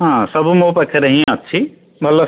ହଁ ସବୁ ମୋ ପାଖରେ ହିଁ ଅଛି ଭଲ